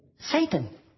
Satan